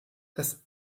das